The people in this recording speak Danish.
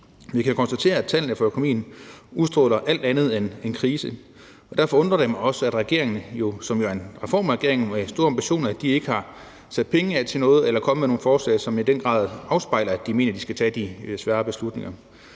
vi kan konstatere, at tallene for økonomien udstråler alt andet end krise, og derfor undrer det mig også, at regeringen, som jo er en reformregering med store ambitioner, ikke har sat penge af til noget eller er kommet med nogle forslag, som i den grad afspejler, at de mener, de skal tage de svære beslutninger.